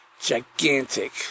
gigantic